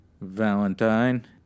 Valentine